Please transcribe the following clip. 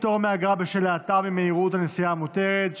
פטור מאגרה בשל האטה ממהירות הנסיעה המותרת),